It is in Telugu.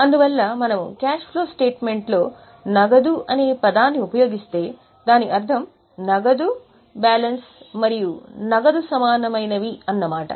అందువల్ల మనము క్యాష్ ఫ్లో స్టేట్మెంట్లో నగదు అనే పదాన్నిఉపయోగిస్తే దాని అర్థం నగదు బ్యాలెన్స్ మరియు నగదు సమానమైనవి అన్నమాట